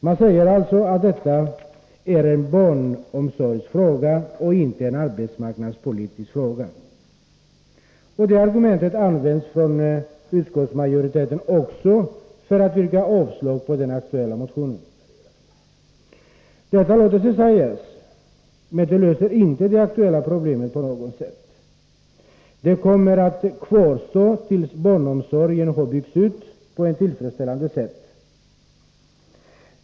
Man säger alltså att detta är en barnomsorgsfråga och inte en arbetsmarknadspolitisk fråga. Det argumentet används även av utskottsmajoriteten för att yrka avslag på den aktuella motionen. Detta låter sig sägas, men det löser inte de aktuella problemen på något sätt. De kommer att kvarstå tills barnomsorgen har byggts ut på ett tillfredsställande sätt.